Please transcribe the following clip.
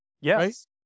Yes